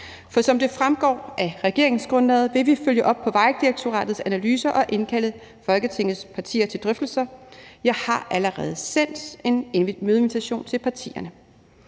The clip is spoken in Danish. For som det fremgår af regeringsgrundlaget, vil vi følge op på Vejdirektoratets analyser og indkalde Folketingets partier til drøftelser. Jeg har allerede sendt en mødeinvitation til partierne.